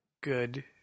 good